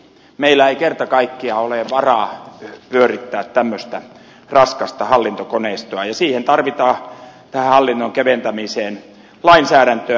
meillä ei kerta kaikkiaan ole varaa pyörittää tämmöistä raskasta hallintokoneistoa ja tähän hallinnon keventämiseen tarvitaan lainsäädäntöä